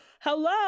Hello